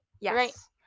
Yes